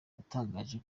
yatangaje